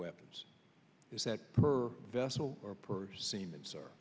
weapons is that per vessel or